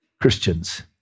Christians